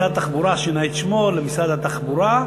משרד התחבורה שינה את שמו למשרד התחבורה,